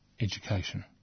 education